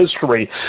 history